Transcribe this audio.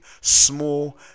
small